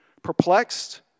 perplexed